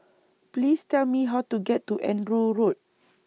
Please Tell Me How to get to Andrew Road